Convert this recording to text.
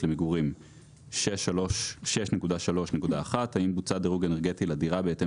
למגורים 6.3.1 האם בוצע דירוג אנרגטי לדירה בהתאם